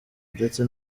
ndetse